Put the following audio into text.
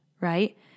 right